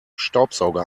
staubsauger